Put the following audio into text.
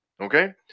Okay